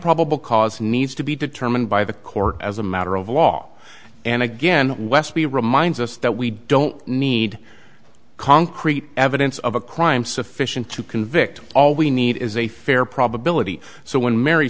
probable cause needs to be determined by the court as a matter of law and again westby reminds us that we don't need concrete evidence of a crime sufficient to convict all we need is a fair probability so when mary